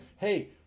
hey